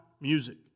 music